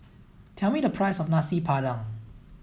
tell me the price of Nasi Padang